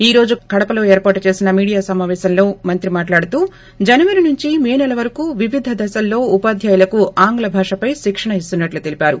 ఈ రోజు కడప ఏర్పాటు చేసిన మీడియా సమావేశంలో మంత్రి మాట్లాడుతూ జనవరి నుంచి మే సెల వరకు వివిధ దశల్లో ఉపాధ్యులకు ఆంగ్ల భాషపై శిక్షణ ఇస్తున్నట్లు తెలిపారు